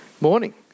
Morning